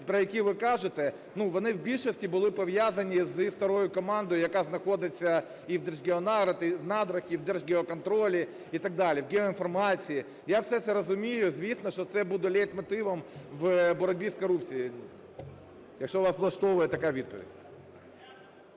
про які ви кажете, вони в більшості були пов'язані зі старою командою, яка знаходиться і в Держгеонадрах, і в Держгеоконтролі, і так далі, в геоінформації. Я все це розумію. Звісно, що це буде лейтмотивом в боротьбі з корупцією, якщо вас влаштовує така відповідь.